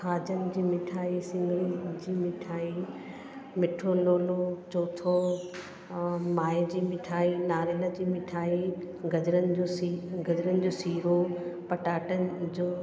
खाॼनि जी मिठाई सिङरनि जी मिठाई मिठो लोलो चौथो माए जी मिठाई नारियल जी मिठाई गजरनि जो गजरनि जो सीरो पटाटनि जो